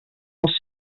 els